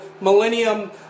millennium